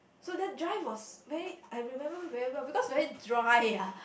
so that drive was very I remember very well because very dry ah